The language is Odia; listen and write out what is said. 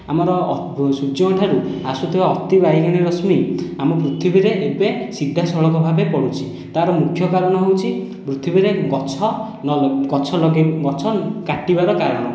ଆମର ସୂର୍ଯ୍ୟଙ୍କଠାରୁ ଆସୁଥିବା ଅତି ବାଇଗଣି ରଶ୍ମୀ ଆମ ପୃଥିବୀରେ ଏବେ ସିଧାସଳଖ ଭାବେ ପଡ଼ୁଛି ତା'ର ମୁଖ୍ୟ କାରଣ ହେଉଛି ପୃଥିବୀରେ ଗଛ ନ ଗଛ ଗଛ କାଟିବାର କାରଣ